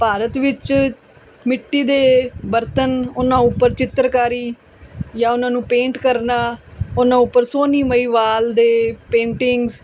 ਭਾਰਤ ਵਿੱਚ ਮਿੱਟੀ ਦੇ ਬਰਤਨ ਉਹਨਾਂ ਉੱਪਰ ਚਿੱਤਰਕਾਰੀ ਜਾਂ ਉਹਨਾਂ ਨੂੰ ਪੇਂਟ ਕਰਨਾ ਉਹਨਾਂ ਉੱਪਰ ਸੋਹਣੀ ਮਹੀਵਾਲ ਦੇ ਪੇਂਟਿੰਗਸ